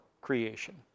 creation